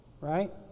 right